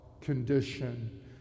condition